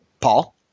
Paul